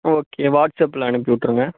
okay வாட்ஸ்அப்பில் அனுப்பி விட்ருங்க